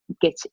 get